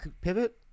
Pivot